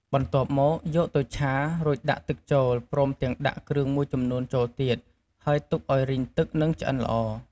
បន្ទាប់មកយកទៅឆា រួចដាក់ទឹកចូល ព្រមទាំងដាក់គ្រឿងមួយចំនួនចូលទៀត ហើយទុកឱ្យរីងទឹកនិងឆ្អិនល្អ។